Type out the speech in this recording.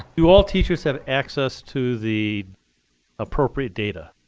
do all teachers have access to the appropriate data?